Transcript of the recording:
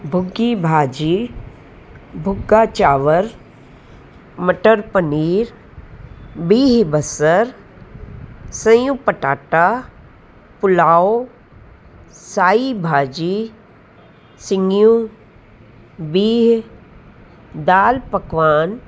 भुॻी भाॼी भुॻी चांवर मटर पनीर बिह बसर सयूं पटाटा पुलाव साई भाॼी सिङियूं बिह दाल पकवान